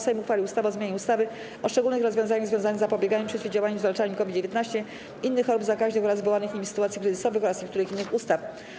Sejm uchwalił ustawę o zmianie ustawy o szczególnych rozwiązaniach związanych z zapobieganiem, przeciwdziałaniem i zwalczaniem COVID-19, innych chorób zakaźnych oraz wywołanych nimi sytuacji kryzysowych oraz niektórych innych ustaw.